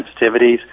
sensitivities